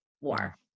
War